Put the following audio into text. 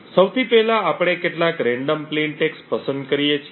તો અહીં સૌથી પહેલાં આપણે કેટલાક રેન્ડમ પ્લેન ટેક્સ્ટને પસંદ કરીએ છીએ